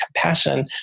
compassion